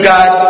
God